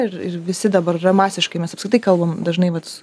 ir ir visi dabar yra masiškai mes apskritai kalbam dažnai vat